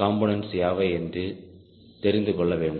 components யாவை என்று தெரிந்துகொள்ள வேண்டும்